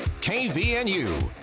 KVNU